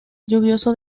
lluvioso